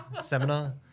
Seminar